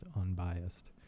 unbiased